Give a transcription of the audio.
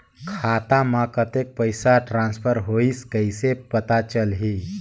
खाता म कतेक पइसा ट्रांसफर होईस कइसे पता चलही?